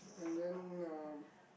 and then um